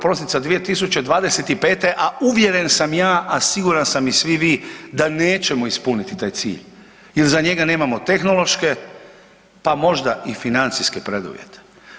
Prosinca 2025. a uvjeren sam ja, a siguran sam i svi vi da nećemo ispuniti taj cilj jer za njega nemamo tehnološke, pa možda i financijske preduvjete.